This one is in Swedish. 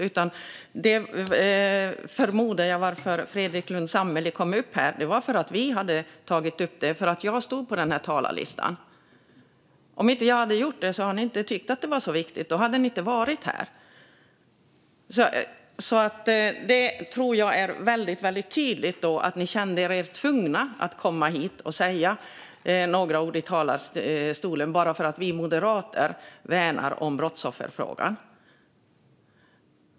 Att Fredrik Lundh Sammeli gick upp förmodar jag var därför att vi hade tagit upp det och jag står på talarlistan. Om jag inte hade gjort det hade ni inte tyckt att det var så viktigt. Då hade ni inte varit här. Jag tycker att det är väldigt tydligt att ni kände er tvungna att komma hit och säga några ord i talarstolen bara för att vi moderater värnar brottsofferfrågan.